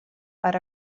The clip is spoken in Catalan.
per